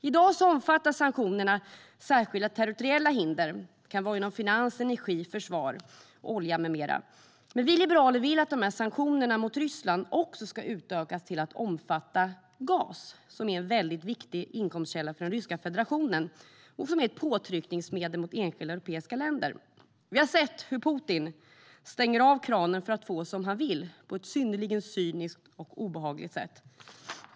I dag omfattas sanktionerna av särskilda territoriella hinder. Det kan vara inom finans, energi, försvar, olja med mera. Men vi liberaler vill att sanktionerna mot Ryssland ska utökas till att också omfatta gas, som är en väldigt viktig inkomstkälla för den ryska federationen och ett påtryckningsmedel mot enskilda europeiska länder. Vi har sett hur Putin stänger av kranen för att få som han vill på ett synnerligen cyniskt och obehagligt sätt.